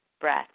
breath